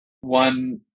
one